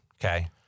Okay